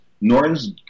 Norton's